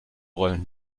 rollen